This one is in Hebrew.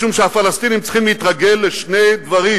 משום שהפלסטינים צריכים להתרגל לשני דברים,